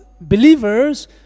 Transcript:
believers